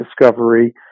discovery